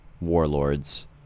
warlords